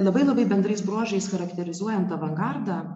labai labai bendrais bruožais charakterizuojant avangardą